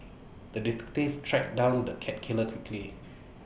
the tracked down the cat killer quickly